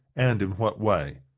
and in what way.